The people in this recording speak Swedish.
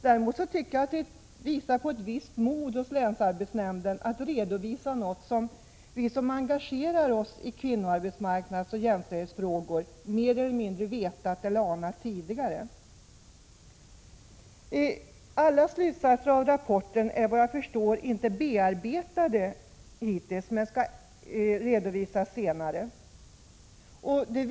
Däremot tycker jag att det visar på ett visst mod hos länsarbetsnämnden att redovisa någonting som vi som engagerat oss i kvinnoarbetsmarknadsfrågor och jämställdhetsfrågor mer eller mindre redan vet eller anat tidigare. Alla slutsatser av rapporten är, såvitt jag förstår, ännu inte klara men skall redovisas senare.